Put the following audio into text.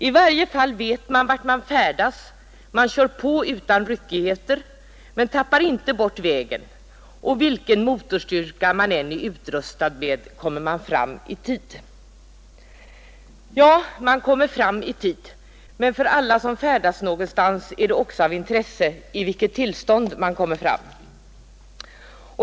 I varje fall vet man vart man färdas, man kör på utan ryckigheter, men tappar inte bort vägen, och vilken motorstyrka man än är utrustad med, kommer man fram i tä Ja, man kommer fram i tid, men för alla som färdas någonstans är det också av intresse i vilket tillstånd man kommer fram.